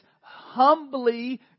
humbly